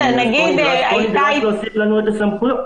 אז פה נדרש להוסיף לנו סמכויות.